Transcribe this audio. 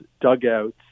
dugouts